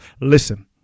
Listen